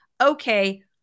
okay